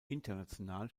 international